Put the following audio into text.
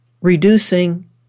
reducing